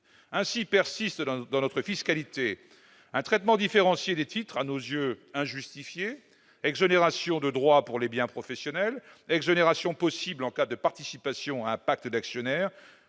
Ainsi, persiste dans notre fiscalité un traitement différencié des titres, à nos yeux injustifié : exonération de droits pour les biens professionnels, exonération possible en cas de participation à un pacte d'actionnaires